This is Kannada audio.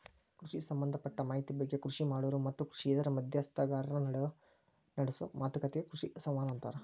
ಕೃಷಿ ಸಂಭದಪಟ್ಟ ಮಾಹಿತಿ ಬಗ್ಗೆ ಕೃಷಿ ಮಾಡೋರು ಮತ್ತು ಕೃಷಿಯೇತರ ಮಧ್ಯಸ್ಥಗಾರರ ನಡುವ ನಡೆಸೋ ಮಾತುಕತಿಗೆ ಕೃಷಿ ಸಂವಹನ ಅಂತಾರ